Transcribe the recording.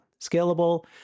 scalable